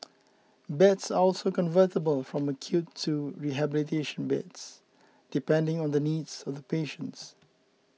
beds are also convertible from acute to rehabilitation beds depending on the needs of the patients